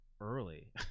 early